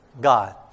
God